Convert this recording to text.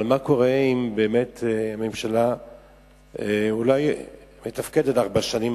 אבל מה קורה אם באמת ממשלה אולי מתפקדת ארבע שנים,